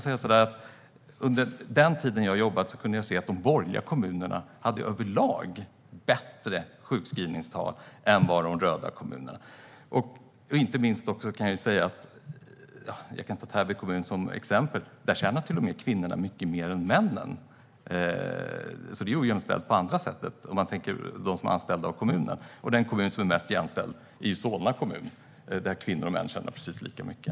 Under den tid jag jobbade där kunde jag se att de borgerliga kommunerna överlag hade bättre sjukskrivningstal än de röda kommunerna. Jag kan ta Täby som ett exempel på en kommun där kvinnorna tjänar mycket mer än männen. Det är alltså ojämställt på andra sättet, om man ser till dem som är anställda av kommunen. Den kommun som är mest jämställd är Solna, där kvinnor och män tjänar precis lika mycket.